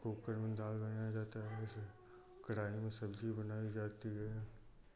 cooker में दाल बनाया जाता है ऐसे कढ़ाई में सब्जी बनाई जाती है